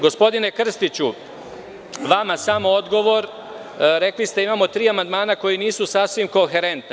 Gospodine Krstiću, vama samo odgovor, rekli ste da imamo tri amandmana koja nisu sasvim konherentna.